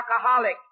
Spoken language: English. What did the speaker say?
alcoholic